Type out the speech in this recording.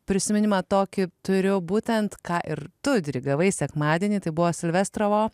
prisiminimą tokį turiu būtent ką ir tu dirigavai sekmadienį tai buvo silvestro